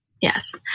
Yes